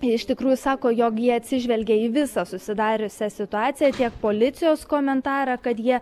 jie iš tikrųjų sako jog jie atsižvelgia į visą susidariusią situaciją tiek policijos komentarą kad jie